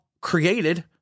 created